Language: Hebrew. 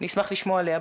נשמח לשמוע עליה.